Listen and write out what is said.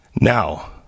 Now